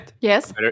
Yes